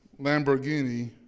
Lamborghini